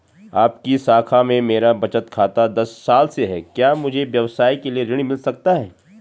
आपकी शाखा में मेरा बचत खाता दस साल से है क्या मुझे व्यवसाय के लिए ऋण मिल सकता है?